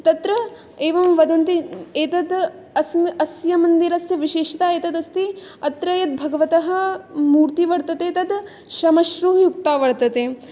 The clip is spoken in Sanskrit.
तत्र एवं वदन्ति एतद् अत् अस्य मन्दिरस्य विशेषता एतदस्ति अत्र यत् भगवतः मूर्तिः वर्तते तत् श्मश्रुः युक्तः वर्तते